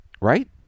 Right